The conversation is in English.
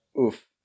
oof